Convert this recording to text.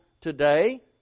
today